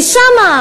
ושם,